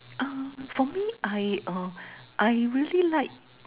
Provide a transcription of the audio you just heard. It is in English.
ah for me I uh I really like